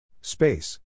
Space